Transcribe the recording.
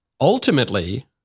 ultimately